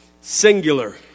singular